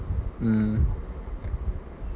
mm